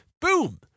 Boom